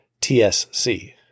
TSC